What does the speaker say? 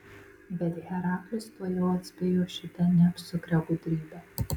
bet heraklis tuojau atspėjo šitą neapsukrią gudrybę